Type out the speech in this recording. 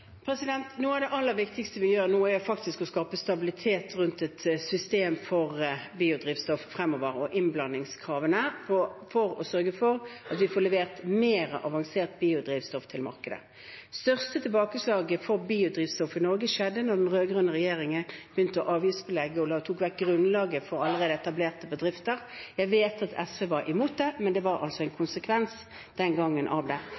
Noe av det aller viktigste vi gjør nå, er å skape stabilitet rundt et system for biodrivstoff og innblandingskravene fremover for å sørge for at vi får levert mer avansert biodrivstoff til markedet. Det største tilbakeslaget for biodrivstoff i Norge skjedde da den rød-grønne regjeringen begynte å avgiftsbelegge og tok vekk grunnlaget for allerede etablerte bedrifter. Jeg vet at SV var imot det, men det var altså en konsekvens av det